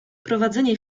prowadzenie